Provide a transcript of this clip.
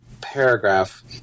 paragraph